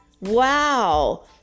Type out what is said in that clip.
wow